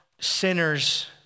sinners